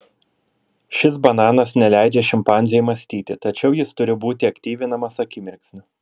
šis bananas neleidžia šimpanzei mąstyti tačiau jis turi būti aktyvinamas akimirksniu